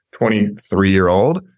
23-year-old